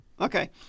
Okay